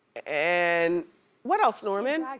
and what else, norman?